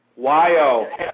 YO